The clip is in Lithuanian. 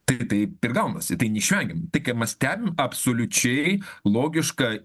tai taip ir gaunasi tai neišvengiama tai ką mes stebim absoliučiai logiška